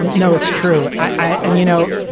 um no, it's true. i and you know,